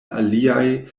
aliaj